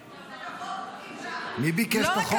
מי ביקש את החוק הזה?